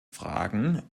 fragen